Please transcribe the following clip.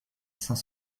cinq